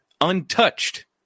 untouched